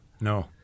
No